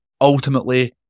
ultimately